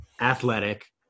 athletic